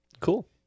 Cool